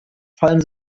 fallen